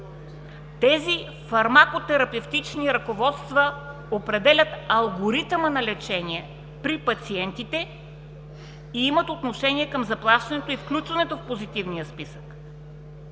Тези фармакотерапевтични ръководства определят алгоритъма на лечение при пациентите и имат отношение към заплащането и включването в позитивния списък.